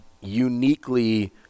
uniquely